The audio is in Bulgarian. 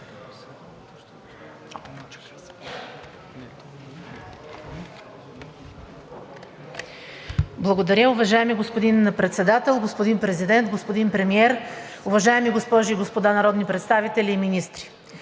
Благодаря. Уважаеми господин Председател, господин Президент, господин Премиер, уважаеми госпожи и господа народни представители и министри!